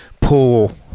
pull